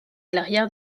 l’arrière